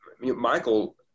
michael